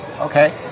Okay